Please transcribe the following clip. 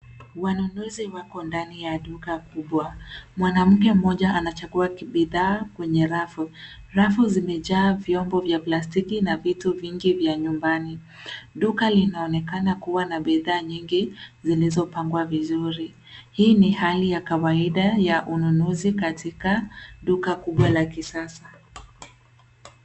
Wanunuzi wako ndani ya duka kubwa, mwanamke moja anachagua bidhaa kwenye rafu, rafu zimejaa viyombo vya plastiki na vitu vingi vya nyumbani. Duka linaonekana kuwa na bidhaa nyingi zilizopangwa vizuri, hii ni hali ya kawaida ya ununuzi katika duka kubwa la kisasa.